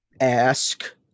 ask